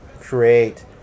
create